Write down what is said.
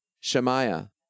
Shemaiah